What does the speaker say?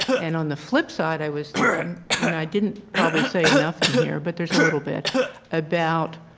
and on the flip side i was thinking and i didn't probably say enough in here but there is a little bit about